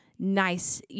nice